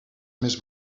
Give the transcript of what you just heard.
més